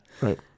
right